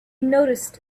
noticed